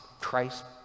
Christ